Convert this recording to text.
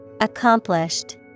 Accomplished